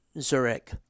Zurich